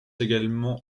également